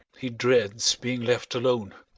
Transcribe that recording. he dreads being left alone.